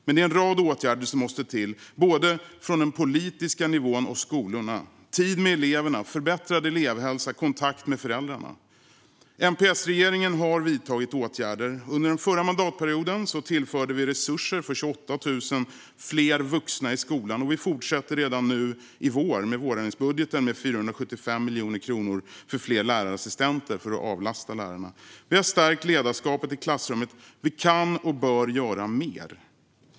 Men det måste till en rad åtgärder, både från den politiska nivån och från skolorna: tid med eleverna, förbättrad elevhälsa och kontakt med föräldrarna. MP-S-regeringen har vidtagit åtgärder. Under den förra mandatperioden tillförde vi resurser till 28 000 fler vuxna i skolan, och vi fortsätter redan nu i vårändringsbudgeten med 475 miljoner kronor till fler lärarassistenter, för att avlasta lärarna. Vi har stärkt ledarskapet i klassrummet, men vi kan och bör göra mer.